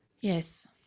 Yes